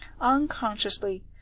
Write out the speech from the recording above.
unconsciously